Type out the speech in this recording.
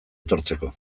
etortzeko